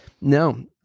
No